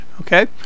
okay